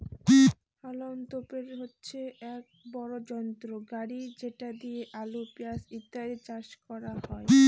হাউলম তোপের হচ্ছে এক বড় যন্ত্র গাড়ি যেটা দিয়ে আলু, পেঁয়াজ ইত্যাদি চাষ করা হয়